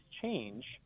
change